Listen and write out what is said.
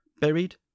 buried